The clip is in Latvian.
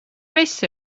viss